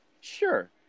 Sure